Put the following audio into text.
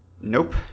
Nope